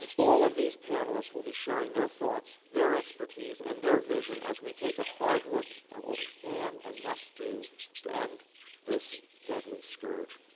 and all of these panelists will be sharing their thoughts, their expertise, and their vision as we take a hard look at what we can and must do to end this deadly scourge.